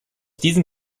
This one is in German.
diesen